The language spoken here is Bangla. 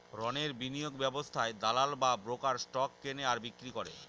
রণের বিনিয়োগ ব্যবস্থায় দালাল বা ব্রোকার স্টক কেনে আর বিক্রি করে